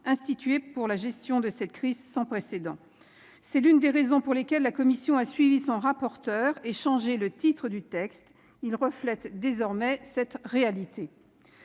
institués pour la gestion de cette crise sans précédent. C'est l'une des raisons pour lesquelles la commission a suivi son rapporteur et changé le titre du texte. Ce dernier reflète désormais la réalité